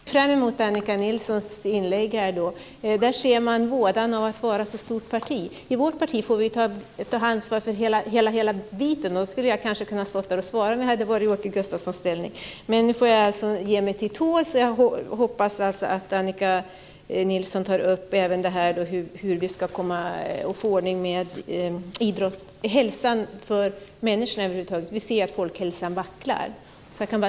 Fru talman! Jag ser fram emot Annika Nilssons inlägg här. Där ser man vådan av att vara ett stort parti. I vårt parti får vi ta ansvar för hela biten. Då hade jag kanske kunnat svara om jag hade varit i Åke Gustavssons ställe. Nu får jag alltså ge mig till tåls. Jag hoppas att Annika Nilsson även tar upp detta hur vi ska kunna få ordning på hälsan för människorna. Vi ser ju att folkhälsan vacklar.